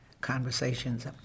conversations